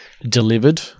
delivered